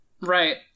Right